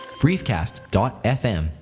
briefcast.fm